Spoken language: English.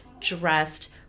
dressed